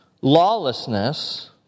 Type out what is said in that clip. lawlessness